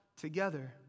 together